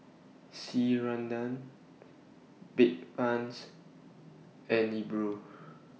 Ceradan Bedpans and Nepro